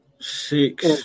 Six